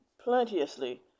plenteously